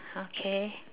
okay